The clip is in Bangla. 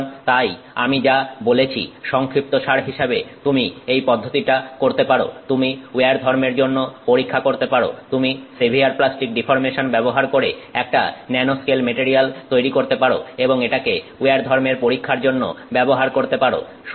সুতরাং তাই আমি যা বলেছি সংক্ষিপ্তসার হিসাবে তুমি এই পদ্ধতিটা করতে পারো তুমি উইয়ার ধর্মের জন্য পরীক্ষা করতে পারো তুমি সেভিয়ার প্লাস্টিক ডিফর্মেশন ব্যবহার করে একটা ন্যানোস্কেল মেটারিয়াল তৈরি করতে পারো এবং এটাকে উইয়ার ধর্মের পরীক্ষার জন্য ব্যবহার করতে পারো